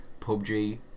PUBG